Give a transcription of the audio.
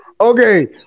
Okay